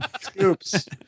Scoops